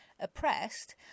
oppressed